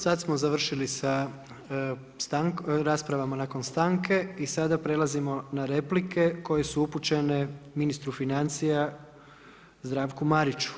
Sad smo završili sa raspravama nakon stanke i sada prelazimo na replike koje su upućene ministru financija Zdravku Mariću.